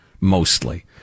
Mostly